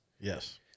Yes